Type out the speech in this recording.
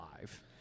live